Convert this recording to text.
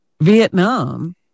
Vietnam